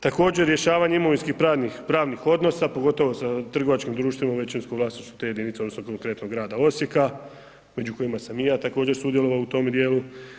Također rješavanje imovinskih pravnih odnosa pogotovo sa trgovačkim društvima u većinskom vlasništvu te jedinice odnosno konkretno grada Osijeka među kojima sam i ja također sudjelovao u tome djelu.